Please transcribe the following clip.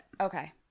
okay